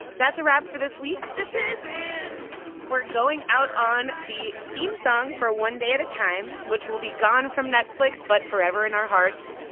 that's a wrap for this week this is it we're going out on the theme song for one day at a time, which will be gone from netflix but forever in our hearts.